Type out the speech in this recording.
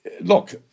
Look